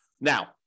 Now